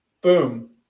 boom